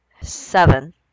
Seven